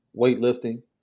weightlifting